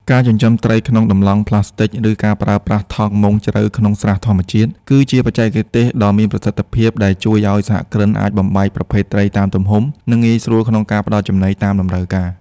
ការចិញ្ចឹមត្រីក្នុងតម្លង់ប្លាស្ទិក ឬការប្រើប្រាស់ថង់មុងជ្រៅក្នុងស្រះធម្មជាតិ គឺជាបច្ចេកទេសដ៏មានប្រសិទ្ធភាពដែលជួយឱ្យសហគ្រិនអាចបំបែកប្រភេទត្រីតាមទំហំ និងងាយស្រួលក្នុងការផ្ដល់ចំណីតាមតម្រូវការ។